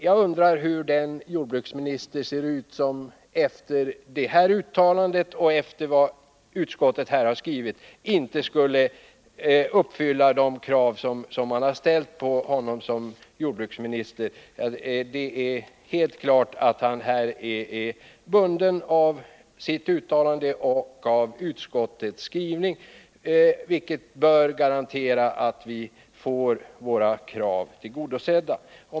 Jag undrar hur den jordbruksminister ser ut som efter det här uttalandet och efter vad utskottet har skrivit inte skulle uppfylla de krav som man har ställt på honom som jordbruksminister. Det är helt klart att jordbruksministern är bunden av sitt uttalande och av utskottets skrivning, vilket bör garantera att vi får våra krav tillgodosedda.